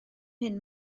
hyn